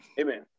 Amen